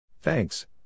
Thanks